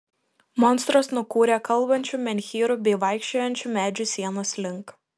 monstras nukūrė kalbančių menhyrų bei vaikščiojančių medžių sienos link